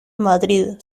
madrid